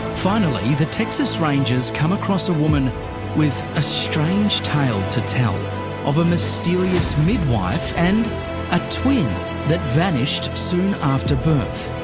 finally, the texas rangers come across a woman with a strange tale to tell of a mysterious midwife and a twin that vanished soon after birth.